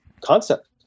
concept